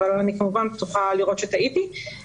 אבל אני כמובן צופה לראות שטעיתי.